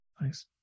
Nice